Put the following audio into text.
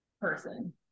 person